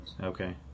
Okay